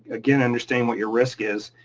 again, understand what your risk is,